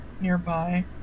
nearby